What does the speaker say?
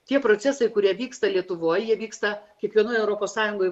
tie procesai kurie vyksta lietuvoj jie vyksta kiekvienoj europos sąjungos